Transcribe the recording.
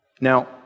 Now